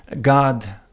God